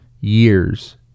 years